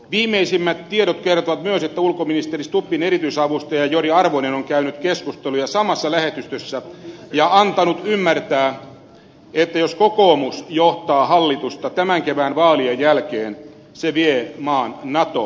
viimeisimmät tiedot kertovat myös että ulkoministeri stubbin erityisavustaja jori arvonen on käynyt keskusteluja samassa lähetystössä ja antanut ymmärtää että jos kokoomus johtaa hallitusta tämän kevään vaalien jälkeen se vie maan natoon